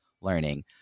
learning